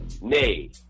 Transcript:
Nay